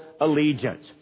allegiance